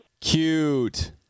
Cute